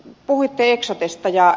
puhuitte eksotesta